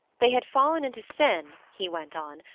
they had fallen into sin, he went on,